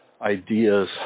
ideas